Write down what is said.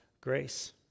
grace